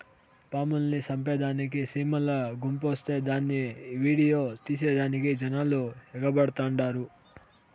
పాముల్ని సంపేదానికి సీమల గుంపొస్తే దాన్ని ఈడియో తీసేదానికి జనాలు ఎగబడతండారు